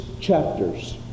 chapters